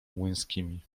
młyńskimi